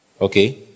Okay